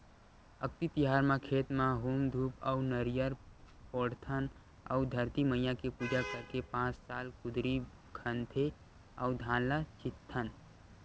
अक्ती तिहार म खेत म हूम धूप अउ नरियर फोड़थन अउ धरती मईया के पूजा करके पाँच सात कुदरी खनथे अउ धान ल छितथन